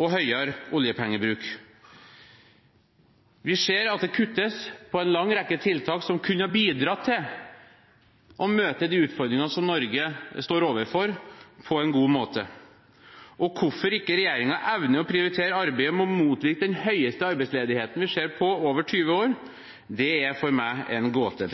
og høyere oljepengebruk. Vi ser at det kuttes i en lang rekke tiltak som kunne ha bidratt til å møte de utfordringene som Norge står overfor, på en god måte. Hvorfor regjeringen ikke evner å prioritere arbeidet med å motvirke den høyeste arbeidsledigheten vi har sett på over 20 år, er for meg en gåte.